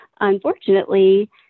Unfortunately